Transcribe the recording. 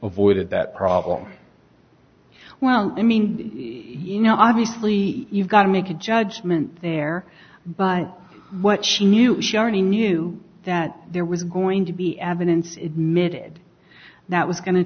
had that problem well i mean you know obviously you've got to make a judgment there but what she knew she already knew that there was going to be evidence in mid that was going to